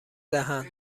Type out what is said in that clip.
دهند